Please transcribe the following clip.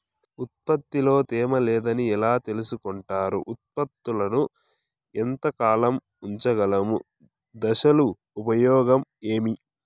ఉత్పత్తి లో తేమ లేదని ఎలా తెలుసుకొంటారు ఉత్పత్తులను ఎంత కాలము ఉంచగలము దశలు ఉపయోగం ఏమి?